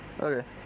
Okay